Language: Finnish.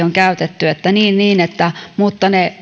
on käytetty että niin niin mutta ne